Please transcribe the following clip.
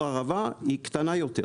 אזור הערבה, היא קטנה יותר,